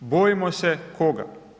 Bojimo se koga.